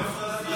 הגעת מהצבא,